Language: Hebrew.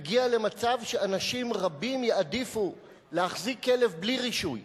תגיע למצב שאנשים רבים יעדיפו להחזיק כלב בלי רישוי,